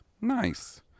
Nice